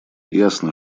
ясно